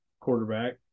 quarterback